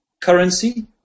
currency